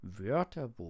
Wörterbuch